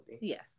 yes